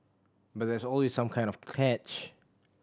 but there's always some kind of catch